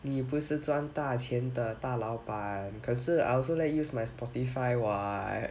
你不是赚大钱的大老板可是 I also let you use my Spotify what